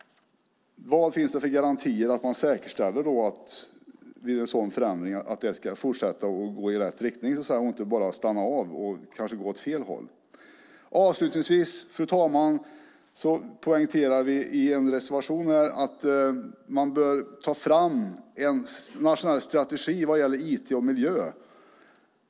Vad finns det för garantier att man vid en sådan förändring säkerställer att det ska fortsätta att gå i rätt riktning och inte bara stanna av och kanske gå åt fel håll? Avslutningsvis, herr talman, poängterar vi i en reservation att man bör ta fram en nationell strategi vad gäller IT och miljö.